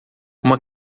uma